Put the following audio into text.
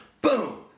boom